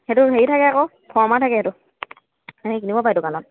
সেইটো হেৰি থাকে আকৌ ফৰ্মাৰ থাকে সেইটো সেই কিনিব পাৰে দোকানত